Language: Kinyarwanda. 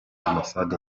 ambasade